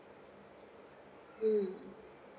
mm